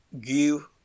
give